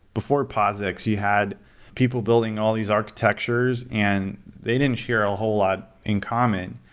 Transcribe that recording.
before posix, you had people building all these architectures and they didn't share a whole lot in common.